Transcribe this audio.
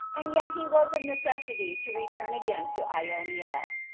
and yet he was of necessity to return again to ionia.